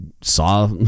saw